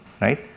right